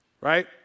right